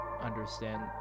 understand